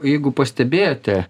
jeigu pastebėjote